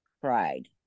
cried